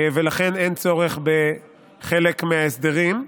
ולכן אין צורך בחלק מההסדרים.